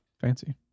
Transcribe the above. fancy